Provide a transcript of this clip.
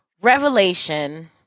revelation